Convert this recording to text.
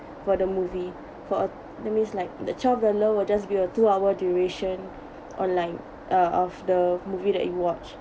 for the movie for uh that means like the twelve dollars will just be a two hour duration online uh of the movie that you watched